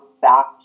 back